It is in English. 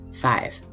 five